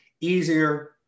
easier